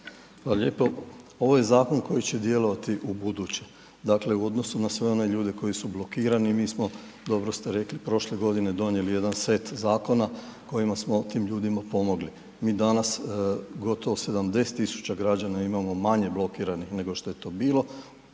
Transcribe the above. (HDZ)** Ovo je zakon koji će djelovati ubuduće, dakle u odnosu na sve one ljudi koji su blokirani mi smo, dobro ste rekli prošle godine donijeli jedan set zakona kojima smo tim ljudima pomogli. Mi danas gotovo 70.000 građana imamo manje blokiranih nego što je to bilo,